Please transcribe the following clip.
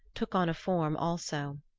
took on a form also.